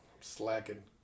Slacking